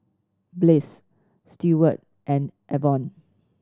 Bliss Steward and Evon